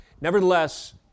Nevertheless